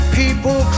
people